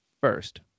first